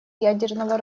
ядерного